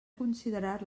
considerar